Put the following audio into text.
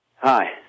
Hi